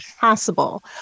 possible